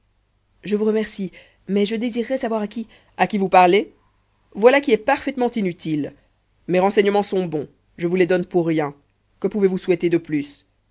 je vous remercie mais je désirerais savoir à qui à qui vous parlez voilà qui est parfaitement inutile mes renseignements sont bons je vous les donne pour rien que pouvezvous souhaiter de plus